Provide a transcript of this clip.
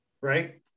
right